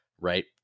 right